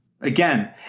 Again